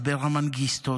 אברה מנגיסטו,